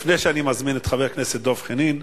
לפני שאני מזמין את חבר הכנסת דב חנין,